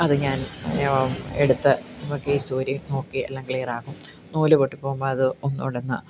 അത് ഞാന് എടുത്ത് കേസ് ഊരി നോക്കി എല്ലാം ക്ലിയർ ആക്കും നൂൽ പൊട്ടിപ്പോവുമ്പോൾ അത് ഒന്നുകൂടെ ഒന്ന്